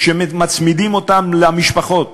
ומצמידים אותם למשפחות.